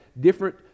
different